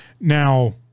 Now